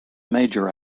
major